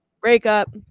breakup